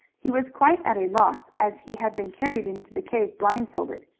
he was quite at a loss, as he had been carried into the cave blindfolded.